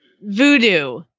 Voodoo